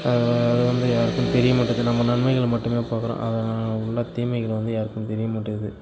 அது வந்து யாருக்கும் தெரியமாட்டுது நம்ம நன்மைகளை மட்டுமே பார்க்குறோம் அதில் உள்ள தீமைகள் வந்து யாருக்கும் தெரிய மாட்டேங்கிது